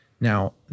Now